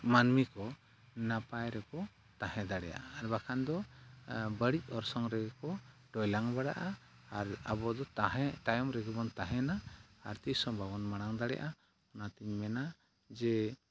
ᱢᱟᱹᱱᱢᱤ ᱠᱚ ᱱᱟᱯᱟᱭ ᱨᱮᱠᱚ ᱛᱟᱦᱮᱸ ᱫᱟᱲᱮᱭᱟᱜᱼᱟ ᱟᱨᱵᱟᱝᱠᱷᱟᱱ ᱫᱚ ᱵᱟᱹᱲᱤᱡ ᱚᱨᱥᱚᱝ ᱨᱮᱜᱮ ᱠᱚ ᱴᱚᱭᱞᱟᱝ ᱵᱟᱲᱟᱜᱼᱟ ᱟᱨ ᱟᱵᱚ ᱫᱚ ᱛᱟᱦᱮᱸ ᱛᱟᱭᱚᱢ ᱨᱮᱜᱮᱵᱚᱱ ᱛᱟᱦᱮᱱᱟ ᱟᱨ ᱛᱤᱥᱦᱚᱸ ᱵᱟᱵᱚᱱ ᱢᱟᱲᱟᱝ ᱫᱟᱲᱮᱭᱟᱜᱼᱟ ᱚᱱᱟᱛᱮᱧ ᱢᱮᱱᱟ ᱡᱮ